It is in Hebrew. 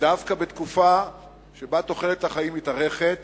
דווקא בתקופה שבה תוחלת החיים מתארכת